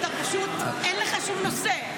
פשוט אין לך שום נושא.